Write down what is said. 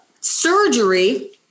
surgery